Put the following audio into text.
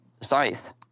Scythe